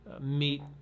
meet